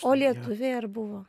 o lietuviai ar buvo